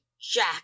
Jack